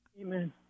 Amen